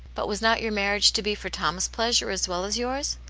but was not your marriage to be for tom's pleasure, as well as yours?